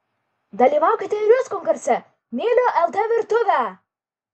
dalyvaukite ir jūs konkurse myliu lt virtuvę